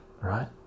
right